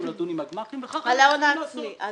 לדון עם הגמ"חים על ההון העצמי וכך אנחנו צריכים לעשות.